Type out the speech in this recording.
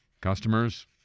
Customers